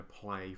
play